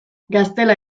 gaztela